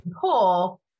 pull